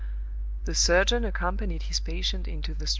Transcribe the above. the surgeon accompanied his patient into the street.